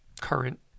current